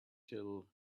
till